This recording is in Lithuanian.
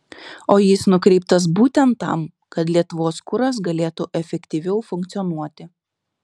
o jis nukreiptas būtent tam kad lietuvos kuras galėtų efektyviau funkcionuoti